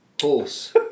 Horse